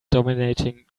dominating